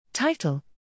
Title